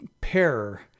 pair